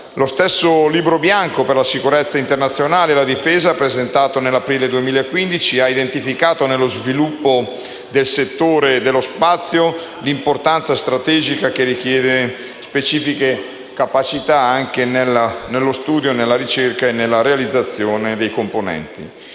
Lo stesso Libro bianco per la sicurezza internazionale e la difesa, presentato nell'aprile 2015, ha identificato nello sviluppo del settore spaziale un'importanza strategica che richiede specifiche capacità anche nello studio, nella ricerca e nella realizzazione dei componenti.